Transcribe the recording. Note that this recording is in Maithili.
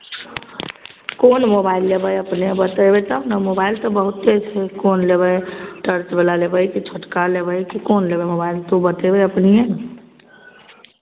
कोन मोबाइल लेबै अपने बतयबै तब नऽ मोबाइल तऽ बहुते छै कोन लेबै टचवला लेबै कि छोटका लेबै कि कोन लेबै मोबाइल तऽ ओ बतयबै अपने नऽ